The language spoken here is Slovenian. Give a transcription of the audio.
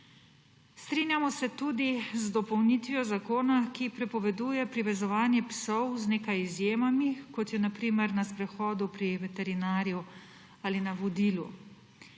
Strinjamo se tudi z dopolnitvijo zakona, ki prepoveduje privezovanje psov z nekaj izjemami, kot je na primer na sprehodu, pri veterinarju ali na vodilu.